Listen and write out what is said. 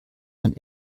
man